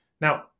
now